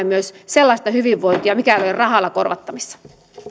myös sellaista hyvinvointia mikä ei ole rahalla korvattavissa